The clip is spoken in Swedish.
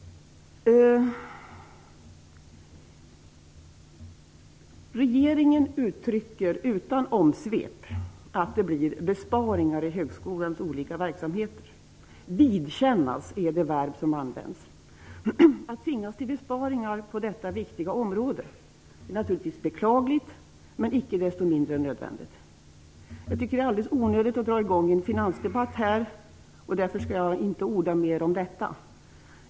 Regeringen uttrycker utan omsvep att det blir besparingar i högskolans olika verksamheter. Vidkännas är det verb som används. Att tvingas till besparingar på detta viktiga område är naturligtvis beklagligt men icke desto mindre nödvändigt. Jag tycker att det är alldeles onödigt att dra i gång en finansdebatt här. Därför skall jag inte orda mer om detta.